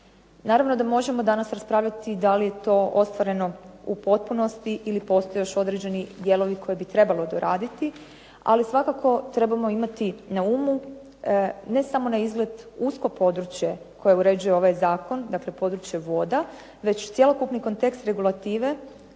Naravno da možemo danas raspravljati da li je to ostvareno u potpunosti ili postoji još određeni dijelovi koje bi trebalo doraditi, ali svakako trebamo imati na umu ne samo na izgled usko područje koje uređuje ovaj zakon, dakle područje voda, već cjelokupni kontekst regulative